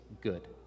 good